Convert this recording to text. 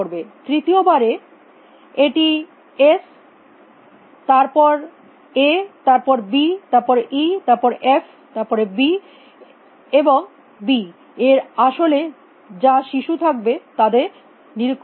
তৃতীয় বারে এটি এস এ তারপর এ তারপর বি তারপর ই তারপর এফ তারপরে বি এবং বি এর আসলে যা শিশু থাকবে তাদের নিরীক্ষণ করবে